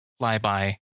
flyby